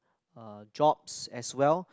uh jobs as well